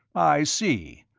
i see.